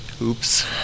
Oops